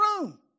room